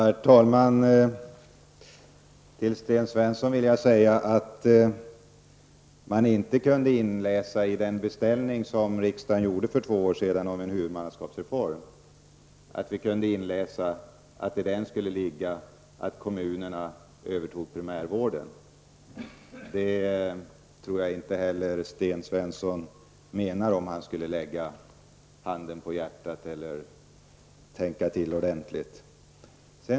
Herr talman! Till Sten Svensson vill jag säga att man inte kunde inläsa i den beställning riksdagen gjorde för två år sedan om en huvudmannaskapsreform att kommunerna skulle överta primärvården. Det tror jag inte heller Sten Svensson menar om han skulle lägga handen på hjärtat eller tänka till ordentligt.